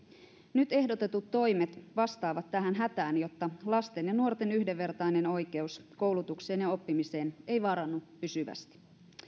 nyt ehdotetut toimet vastaavat tähän hätään jotta lasten ja nuorten yhdenvertainen oikeus koulutukseen ja oppimiseen ei vaarannu pysyvästi